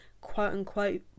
quote-unquote